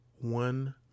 One